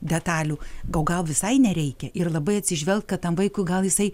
detalių o gal visai nereikia ir labai atsižvelgt kad tam vaikui gal jisai